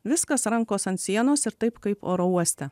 viskas rankos ant sienos ir taip kaip oro uoste